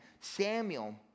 Samuel